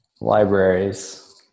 Libraries